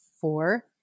four